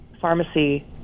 pharmacy